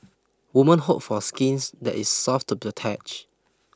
women hope for skins that is soft to the touch